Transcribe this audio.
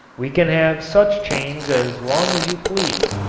we can have such chains as long as you please,